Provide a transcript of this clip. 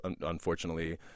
unfortunately